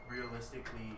realistically